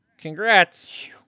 congrats